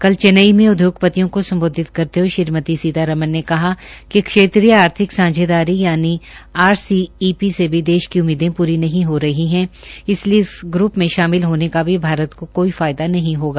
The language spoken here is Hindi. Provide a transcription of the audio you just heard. कल चन्नेई में उदयोगपतियों को सम्बोधित करते हये श्रीमती सीतारमन ने कहा कि क्षेत्रीय आर्थिक सांझेदारी यानि आर सी ई पी से भी देश की उम्मीदे पूरी नहीं हो रही है इसलिए इस ग्र्प में शामिल होने का भी भारत को कोई फायदा नहीं होगा